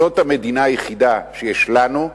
זו המדינה היחידה שיש לנו,